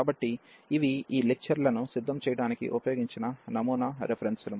కాబట్టిఇవి ఈ లెక్చర్లను సిద్ధం చేయడానికి ఉపయోగించిన నమూనా రెఫరెన్సెలు